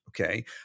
Okay